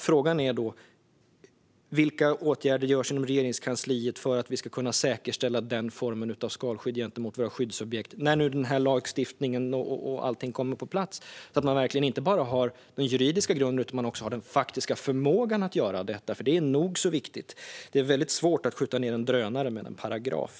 Frågan är då: Vilka åtgärder görs inom Regeringskansliet för att vi ska kunna säkerställa den formen av skalskydd gentemot våra skyddsobjekt när nu denna lagstiftning och allting kommer på plats? Det handlar om att man inte bara ska ha den juridiska grunden utan också den faktiska förmågan att göra detta. Det är nog så viktigt. Det är väldigt svårt att skjuta ned en drönare med en paragraf.